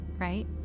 right